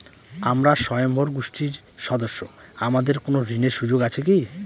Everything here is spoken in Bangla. আমরা স্বয়ম্ভর গোষ্ঠীর সদস্য আমাদের কোন ঋণের সুযোগ আছে কি?